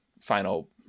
final